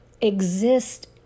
exist